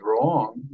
wrong